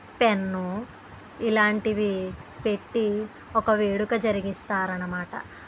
pen ఇలాంటివి పెట్టి ఒక వేడుక జరిగిస్తారనమాట